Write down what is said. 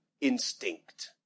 instinct